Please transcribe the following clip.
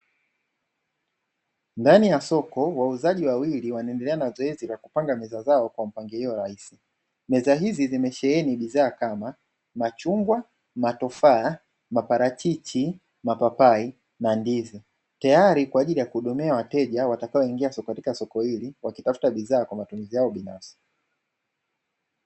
Ndani ya soko, wauzaji wawili wanaendelea na zoezi la kupanga meza zao kwa mpangilio rahisi. Meza hizi zimesheheni bidhaa kama machungwa, matofaa, maparachichi, mapapai na ndizi tayari kwa ajili ya kuhudumia wateja watakaoingia soko katika soko hili wakitafuta bidhaa kwa matumizi yao binafsi.